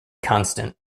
constant